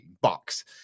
box